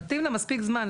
זה ההסדר הנוכחי.